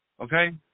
Okay